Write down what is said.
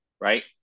right